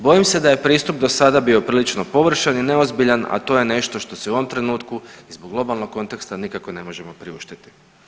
Bojim se da je pristup do sada bio prilično površan i neozbiljan, a to je nešto što se u ovom trenutku i zbog globalnog konteksta nikako ne možemo priuštiti.